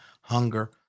hunger